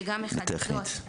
שגם --- זה טכנית.